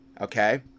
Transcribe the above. okay